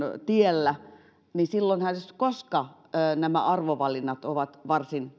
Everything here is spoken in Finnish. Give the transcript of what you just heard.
tiellä niin silloinhan jos koskaan nämä arvovalinnat ovat varsin